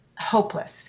hopeless